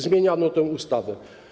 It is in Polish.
Zmieniano tę ustawę.